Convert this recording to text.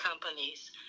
companies